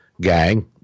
gang